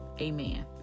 Amen